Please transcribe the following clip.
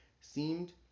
seemed